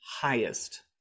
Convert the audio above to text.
highest